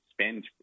spend